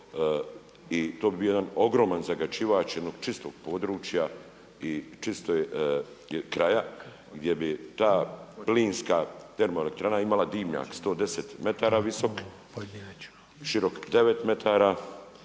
i to bi bio jedan ogromni zagađivač jednog čistog područja i čistog kraja gdje bi ta plinska termoelektrana imala dimnjak 110 metara visok, širok 9 metara,